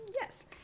Yes